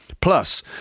Plus